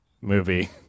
movie